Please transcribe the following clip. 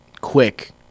quick